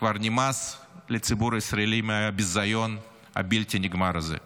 כבר נמאס לציבור הישראלי מהביזיון הבלתי נגמר הזה.